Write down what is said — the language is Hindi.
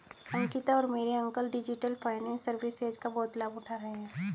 अंकिता और मेरे अंकल डिजिटल फाइनेंस सर्विसेज का बहुत लाभ उठा रहे हैं